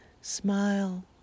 smile